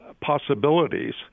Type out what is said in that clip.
possibilities